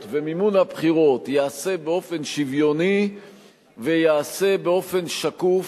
ומימון הבחירות ייעשה באופן שוויוני וייעשה באופן שקוף,